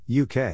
UK